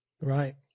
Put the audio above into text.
Right